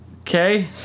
Okay